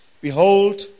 Behold